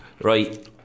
right